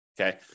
Okay